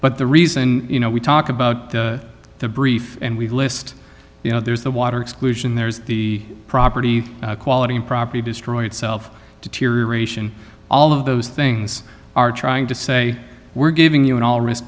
but the reason you know we talk about the brief and we list you know there's the water exclusion there's the property quality of property destroyed self to tear ration all of those things are trying to say we're giving you an all ris